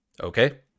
Okay